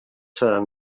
seran